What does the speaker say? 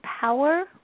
power